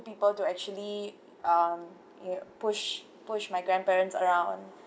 people to actually um ya push push my grandparents around